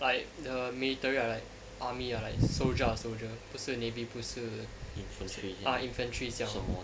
like the military uh like army like soldier ah soldier 不是 navy 不是 ah infantry 这样